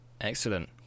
Excellent